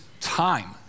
time